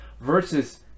versus